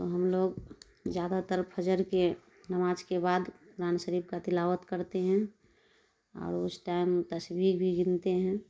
ہم لوگ زیادہ تر فجر کے نماج کے بعد قرآن شریف کا تلاوت کرتے ہیں اور اس ٹئم تسبیح بھی گنتے ہیں